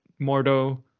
Mordo